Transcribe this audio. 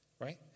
right